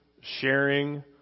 sharing